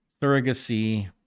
surrogacy